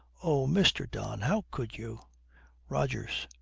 oh, mr. don, how could you rogers.